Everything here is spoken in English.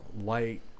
light